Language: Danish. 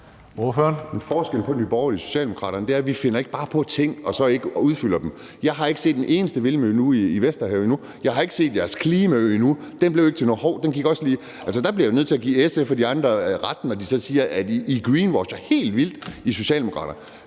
Forskellen på Nye Borgerlige og Socialdemokraterne er, at vi ikke bare finder på ting og så ikke udfører dem. Jeg har ikke set en eneste vindmølle ude i Vesterhavet endnu. Jeg har ikke set jeres klimaø endnu; den blev ikke til noget – hov, den gik også lige i vasken. Der bliver jeg nødt til at give SF og de andre ret, når de siger, at I greenwasher helt vildt i Socialdemokratiet.